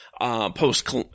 post